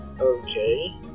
Okay